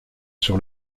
sur